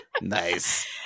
Nice